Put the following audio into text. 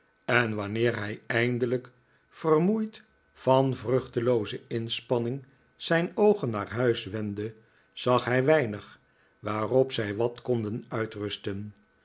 en wanneer hij eindelijk vermoeid van de vruchtelooze inspanning zijn oogen naar huis wendde zag hij weinig waarop zij wat konden uitrusten